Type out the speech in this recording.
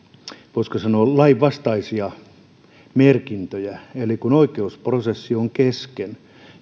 voisiko sanoa lainvastaisia merkintöjä eli kun oikeusprosessi on kesken